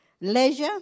leisure